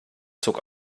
zog